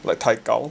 like 太高